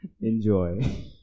enjoy